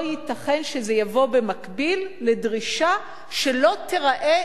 לא ייתכן שזה יבוא במקביל לדרישה שלא תיראה